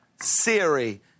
Siri